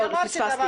לא, אני פספסתי.